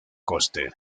coste